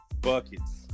buckets